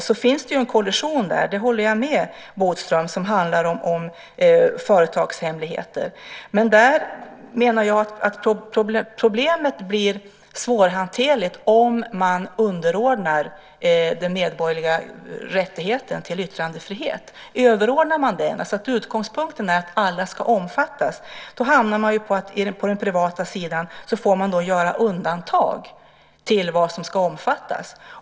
Jag håller med Bodström om att det där finns en kollision som handlar om företagshemligheter. Jag menar dock att problemet blir svårhanterligt om den medborgerliga rättigheten till yttrandefrihet underordnas. Om den överordnas, om utgångspunkten alltså är att alla ska omfattas, innebär det att man på den privata sidan får göra undantag för vad som ska omfattas.